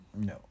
No